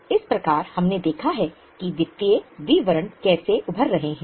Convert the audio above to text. इस प्रकार हमने देखा है कि वित्तीय विवरण कैसे उभर रहे हैं